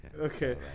Okay